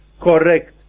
correct